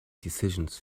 decisions